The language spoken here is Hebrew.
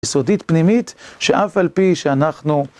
יסודית פנימית שאף על פי שאנחנו